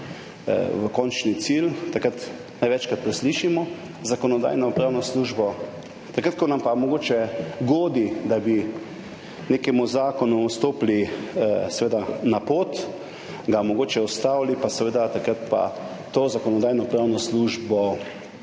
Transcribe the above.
v končni cilj, takrat največkrat preslišimo Zakonodajno-pravno službo, takrat, ko nam pa mogoče godi, da bi nekemu zakonu stopili na pot, ga mogoče ustavili, takrat pa Zakonodajno-pravno službo